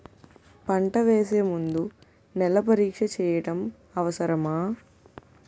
పంట వేసే ముందు నేల పరీక్ష చేయటం అవసరమా?